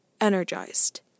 energized